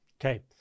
Okay